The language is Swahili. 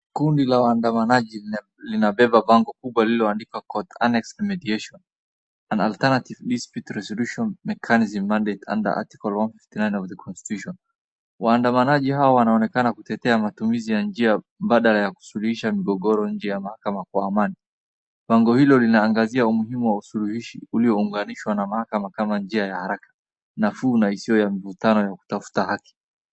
Kundi la waandamanaji limebeba bango kubwa liloandikwa Court Annexed Mediation. An alternative Dispute Resolution Mechanism mandate under article one fifty one of the constitution .Waandamanaji hawa wanaonekana kutetea matumizi ya njia mbadala ya kusuluhisha migogoro nje ya mahakama kwa amani. Bango hilo linaangazia umuhimu wa usuluhishi uliounganishwa na mahakama kama njia ya haraka, nafuu isiyo ya mvutano ya kutafuta haki.